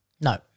No